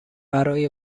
برای